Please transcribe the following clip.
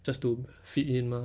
just to fit in mah